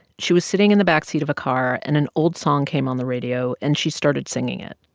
she was sitting in the back seat of a car and an old song came on the radio, and she started singing it.